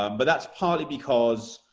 um but that's partly because